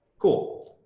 cool.